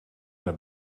naar